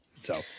So-